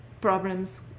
problems